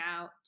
out